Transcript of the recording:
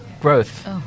growth